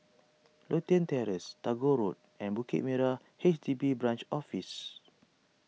Lothian Terrace Tagore Road and Bukit Merah H D B Branch Office